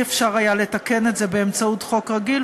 לא היה אפשר לתקן את זה באמצעות חוק רגיל,